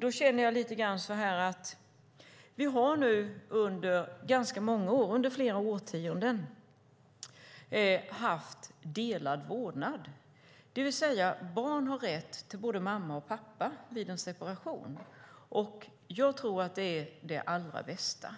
Då känner jag så här: Vi har nu under flera årtionden haft delad vårdnad, det vill säga barn har rätt till både mamma och pappa vid en separation. Jag tror att det är det allra bästa,